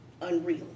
unreal